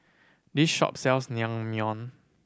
this shop sells Naengmyeon